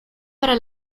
para